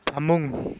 ꯐꯃꯨꯡ